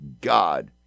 God